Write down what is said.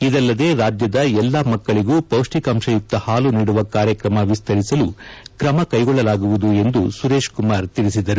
ಇದಲ್ಲದೆ ರಾಜ್ಯದ ಎಲ್ಲಾ ಮಕ್ಕಳಿಗೂ ಪೌಷ್ಟಿಕಾಂಶಯುಕ್ತ ಹಾಲು ನೀಡುವ ಕಾರ್ಯಕ್ರಮ ವಿಸ್ತರಿಸಲು ಕ್ರಮ ಕ್ಸೆಗೊಳ್ಳಲಾಗುವುದು ಎಂದು ಅವರು ತಿಳಿಸಿದ್ದಾರೆ